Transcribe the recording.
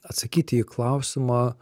atsakyti į klausimą